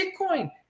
bitcoin